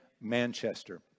Manchester